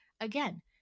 again